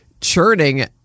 churning